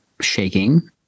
shaking